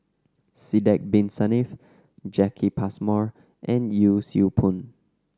Sidek Bin Saniff Jacki Passmore and Yee Siew Pun